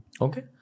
Okay